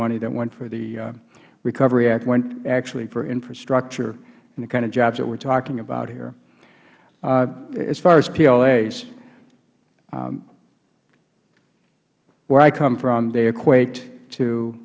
money that went for the recovery act went actually for infrastructure and the kind of jobs that we are talking about here as far as plas where i come from they equate to